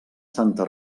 santa